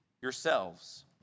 yourselves